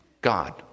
God